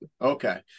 Okay